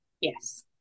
Yes